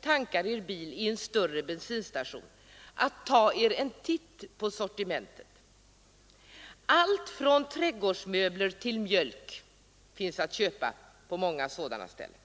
tankar er bil på en större bensinstation ta er en titt på sortimentet där. Allt från trädgårdsmöbler till mjölk finns att köpa på många sådana ställen.